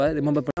Remember